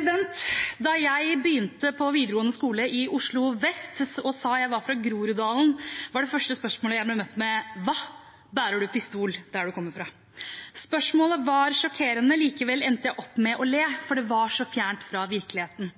minutter. Da jeg begynte på videregående skole i Oslo vest og sa jeg var fra Groruddalen, var det første spørsmålet jeg ble møtt med: Hva? Bærer du pistol der du kommer fra? Spørsmålet var sjokkerende. Likevel endte jeg opp med å le, for det var så fjernt fra virkeligheten.